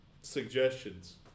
suggestions